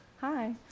Hi